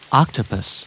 octopus